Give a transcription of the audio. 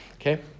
Okay